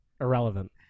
Irrelevant